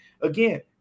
Again